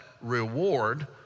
reward